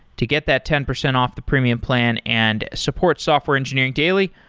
to get that ten percent off the premium plan and support software engineering daily,